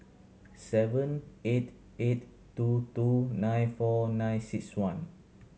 seven eight eight two two nine four nine six one